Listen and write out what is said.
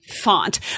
font